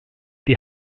die